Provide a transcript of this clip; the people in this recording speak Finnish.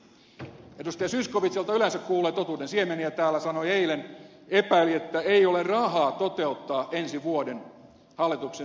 zyskowicz jolta yleensä kuulee totuudensiemeniä täällä sanoi eilen epäili että ei ole rahaa toteuttaa ensi vuoden hallituksen sosiaaliturvaparannuksia